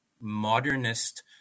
modernist